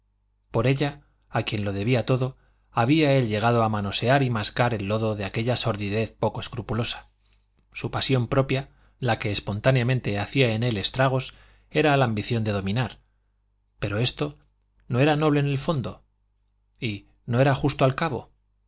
por ella a quien lo debía todo había él llegado a manosear y mascar el lodo de aquella sordidez poco escrupulosa su pasión propia la que espontáneamente hacía en él estragos era la ambición de dominar pero esto no era noble en el fondo y no era justo al cabo